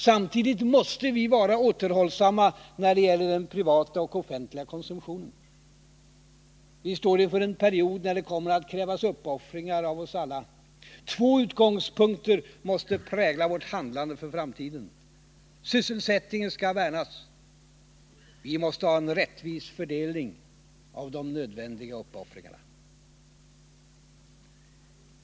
Samtidigt måste vi vara återhållsamma när det gäller den privata och offentliga konsumtionen. Vi står inför en period när det kommer att krävas uppoffringar av oss alla. Två utgångspunkter måste prägla vårt handlande för framtiden: Sysselsättningen skall värnas. Vi måste ha en rättvis fördelning av de nödvändiga uppoffringarna.